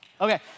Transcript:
Okay